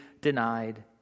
denied